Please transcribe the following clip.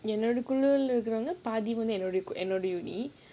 உன்னோட குழுலே இருக்கவங்க பாதி வந்து என்னோட:unnoda kulula irukkavanga paathi vandhu ennoda union